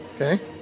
Okay